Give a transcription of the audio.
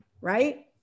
right